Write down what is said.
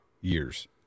Years